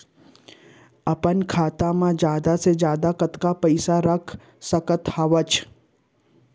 अपन खाता मा जादा से जादा कतका पइसा रख सकत हव?